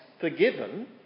forgiven